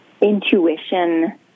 intuition